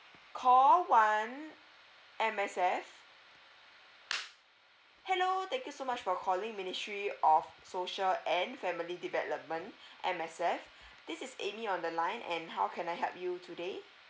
call one M_S_F hello thank you so much for calling ministry of social and family development M_S_F this is amy on the line and how can I help you today